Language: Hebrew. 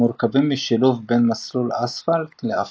מורכבים משילוב בין מסלול אספלט לעפר.